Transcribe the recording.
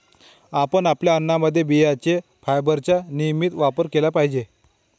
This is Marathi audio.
आपण आपल्या अन्नामध्ये बियांचे फायबरचा नियमित वापर केला पाहिजे